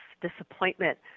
disappointment